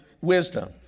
wisdom